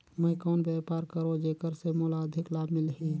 मैं कौन व्यापार करो जेकर से मोला अधिक लाभ मिलही?